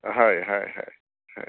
হয় হয় হয় হয়